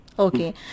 Okay